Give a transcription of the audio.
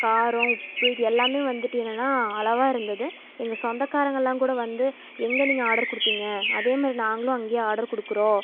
காரம் உப்பு இது எல்லாமே வந்துட்டு என்னன்னா அளவாக இருந்தது எங்கள் சொந்தக்காரங்களாம் கூட வந்து எங்கே நீங்கள் ஆர்டர் கொடுத்தீங்க அதேமாதிரி நாங்களும் அங்கே ஆர்டர் கொடுக்குறோம்